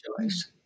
choice